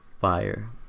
Fire